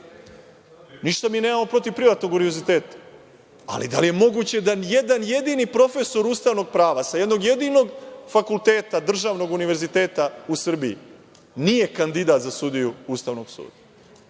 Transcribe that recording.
Ništa mi nemamo protiv privatnog univerziteta, ali da li je moguće da ni jedan jedini profesor ustavnog prava sa jednog jedinog fakulteta državnog univerziteta u Srbiji nije kandidat za sudiju Ustavnog suda,